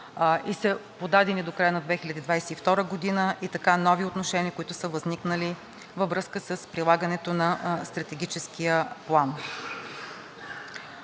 и са подадени до края на 2022 г., така и нови отношения, които са възникнали във връзка с прилагането на Стратегическия план.